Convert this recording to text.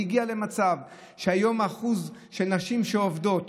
והגיע למצב שהיום הנשים שעובדות